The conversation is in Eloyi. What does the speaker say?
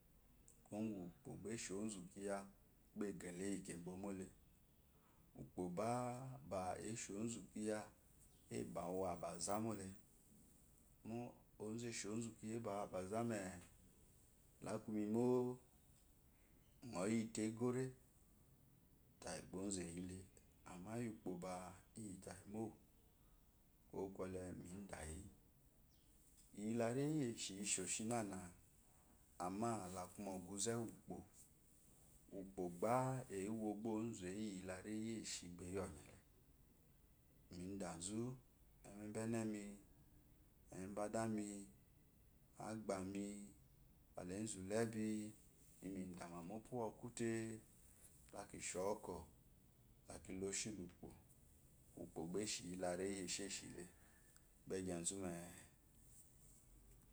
Kuwo úgwú ukpó beshi ozu kiya ciyele eyi mú kebo mó. le ukpo bá bya eshi ozu kiya ba bya abá wu abaza mohe mó ozú eshi ozú kiya abá wu abá za me lá kumi mó ŋɔ yiote ego re tayi bá ozú eyile iyi ukpo ba iyi ta yi mó. kuwo kwote mi dayi iyi la eyio úikpó ishe shi na na amma kumu oquze úwú úkpo. úkpó ba ewó bá ozú bá ewo la rahiu iyi eshiba iyilo le mi dazu eme umba enemi eme bar adari abgba zú abámi bá la ezu labe miyi mu indama mui opu uwú okwú te lá kisho kwo la kiloshi la ukpó ukpó be eshi la ri iyi eshshile begezu mé.